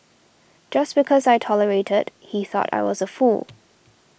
just because I tolerated he thought I was a fool